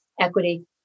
equity